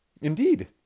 indeed